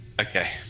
okay